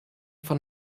von